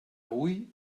hui